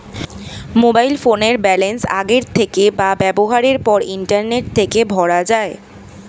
mobile ফোনের balance আগের থেকে বা ব্যবহারের পর ইন্টারনেট থেকে ভরা যায়